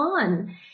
on